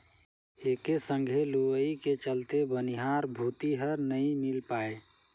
एके संघे लुवई के चलते बनिहार भूतीहर नई मिल पाये